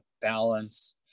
balance